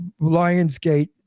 Lionsgate